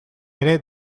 ere